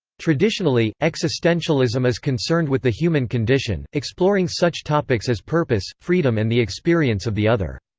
traditionally, existentialism is concerned with the human condition, exploring such topics as purpose, freedom and the experience of the other.